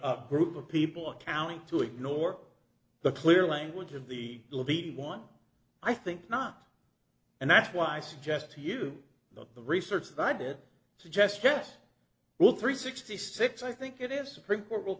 a group of people accounting to ignore the clear language of the will be one i think not and that's why i suggest to you look the research that i did suggest yes well three sixty six i think it is supreme court rule